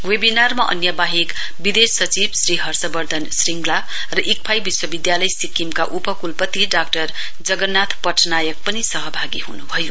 वेविनारमा अन्यवाहेक विदेश सचिव श्री हर्ष वर्धन श्रीङ्गला र इकफाई विश्वविद्यालय सिक्किमका उपकुलपति डाक्टर जगनाथ पटनायक पनि सहभागी हुनुभयो